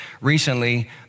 recently